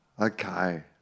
Okay